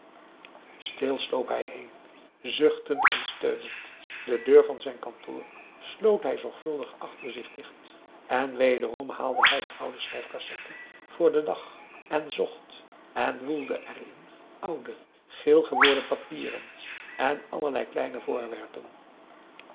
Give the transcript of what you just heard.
hij heen zuchtend en steunend de deur van zijn kantoor sloot hij zorgvuldig achter zich dicht en wederom haalde hij de oude schrijfcassette voor den p a daum hoe hij raad van indië werd onder ps maurits dag en zocht en woelde er in oude geel geworden papieren en allerlei kleine voorwerpen